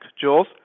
Jules